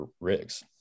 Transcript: rigs